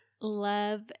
love